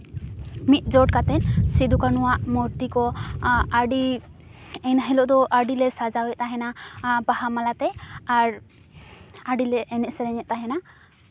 ᱢᱤᱫ ᱡᱳᱴ ᱠᱟᱛᱮᱫ ᱥᱤᱫᱩᱼᱠᱟᱹᱱᱩ ᱟᱜ ᱢᱩᱨᱛᱤ ᱠᱚ ᱟᱹᱰᱤ ᱮᱱᱦᱤᱞᱳᱜ ᱫᱚ ᱟᱹᱰᱤᱞᱮ ᱥᱟᱡᱟᱣᱮᱫ ᱛᱟᱦᱮᱱᱟ ᱵᱟᱦᱟ ᱢᱟᱞᱟᱛᱮ ᱟᱨ ᱟᱹᱰᱤᱞᱮ ᱮᱱᱮᱡᱼᱥᱮᱨᱮᱧᱮᱫ ᱛᱟᱦᱮᱱᱟ